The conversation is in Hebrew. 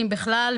אם בכלל,